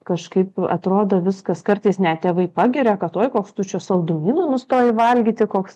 kažkaip atrodo viskas kartais net tėvai pagiria kad tuoj koks tu čia saldumynų nustojai valgyti koks